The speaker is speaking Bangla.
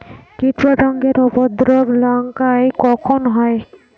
কীটপতেঙ্গর উপদ্রব লঙ্কায় কখন হয়?